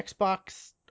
Xbox